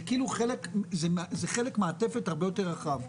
זה חלק הרבה יותר רחב ממעטפת.